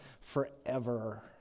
forever